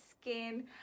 skin